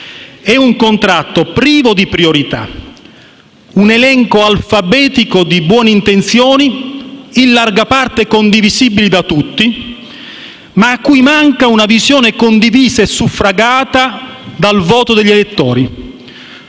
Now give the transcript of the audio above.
È un contratto privo di priorità, un elenco alfabetico di buone intenzioni, in larga parte condivisibili da tutti, ma cui manca una visione condivisa e suffragata dal voto degli elettori.